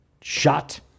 shot